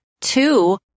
two